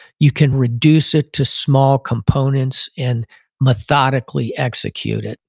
you can reduce it to small components and methodically execute it.